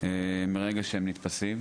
מרגע שהם נתפסים,